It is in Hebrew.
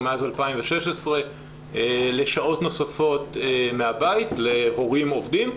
מאז 2016 לשעות נוספות מהבית להורים עובדים,